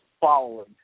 following